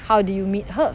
how did you meet her